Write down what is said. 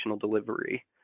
delivery